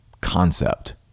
concept